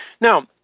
Now